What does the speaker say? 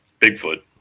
bigfoot